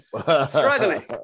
Struggling